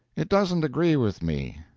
it doesn't agree with me.